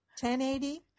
1080